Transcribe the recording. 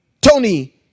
Tony